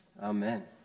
Amen